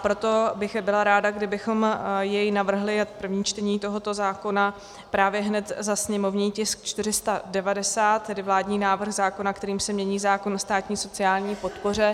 Proto bych byla ráda, kdybychom jej navrhli, první čtení tohoto zákona, právě hned za sněmovní tisk 490, tedy vládní návrh zákona, kterým se mění zákon o státní sociální podpoře.